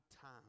time